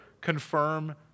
confirm